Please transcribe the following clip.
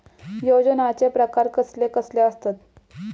योजनांचे प्रकार कसले कसले असतत?